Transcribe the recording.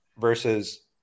versus